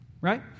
right